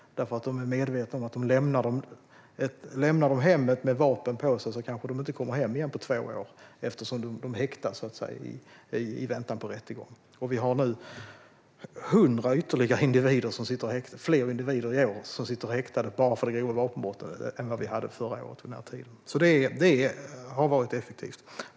De är medvetna om att om de lämnar hemmet med vapen på sig kanske de inte kommer hem igen på två år, eftersom de blir häktade i väntan på rättegång. Det är 100 individer fler i år som sitter häktade bara för grova vapenbrott än förra året vid den här tiden. Det har alltså varit effektivt.